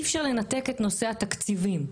שלום לכולם,